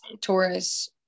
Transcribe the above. Taurus